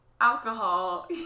alcohol